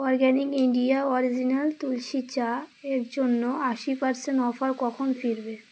organic India original tulsi চা এর জন্য আশি পারসেন্ট অফার কখন ফিরবে